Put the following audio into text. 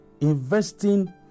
investing